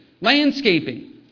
landscaping